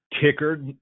Kicker